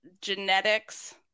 genetics